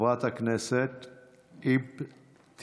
חברת הכנסת אבתיסאם,